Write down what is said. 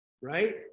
right